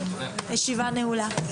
הישיבה נעולה.